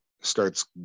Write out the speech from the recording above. starts